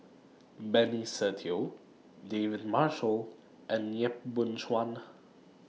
Benny Se Teo David Marshall and Yap Boon Chuan